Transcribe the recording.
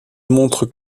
montre